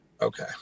Okay